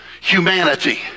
Humanity